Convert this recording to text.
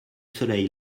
soleil